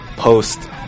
post